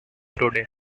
today